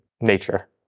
nature